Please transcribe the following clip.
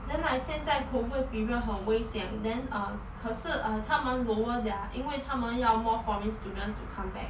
then like 现在 covid period 很危险 then err 可是 err 他们 lower their 因为他们要 more foreign students to come back